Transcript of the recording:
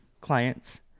clients